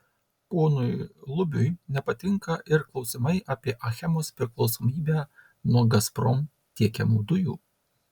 ponui lubiui nepatinka ir klausimai apie achemos priklausomybę nuo gazprom tiekiamų dujų